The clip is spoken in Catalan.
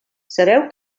sabeu